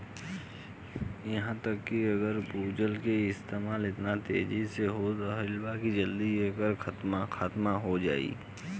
इहा तक कि अगर भूजल के इस्तेमाल एतना तेजी से होत रही बहुत जल्दी एकर खात्मा हो जाई